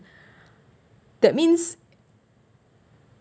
that means